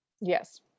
Yes